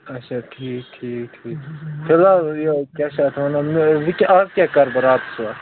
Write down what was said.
اچھا ٹھیٖک ٹھیٖک ٹھیٖک فِل حال یہِ کیاہ چھِ اتھ ونان وں آز کیٛاہ کَرٕ بہٕ اتھ راتس وۄنۍ